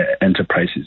enterprises